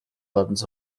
buttons